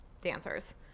dancers